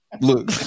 Look